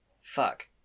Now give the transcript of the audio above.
Fuck